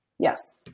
Yes